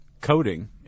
coding